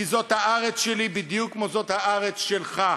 כי זאת הארץ שלי בדיוק כמו שזאת הארץ שלך.